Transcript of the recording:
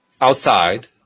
outside